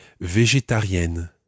végétarienne